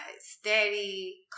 steady